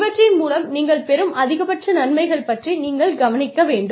இவற்றின் மூலம் நீங்கள் பெறும் அதிகபட்ச நன்மைகள் பற்றி நீங்கள் கவனிக்க வேண்டும்